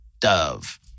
Dove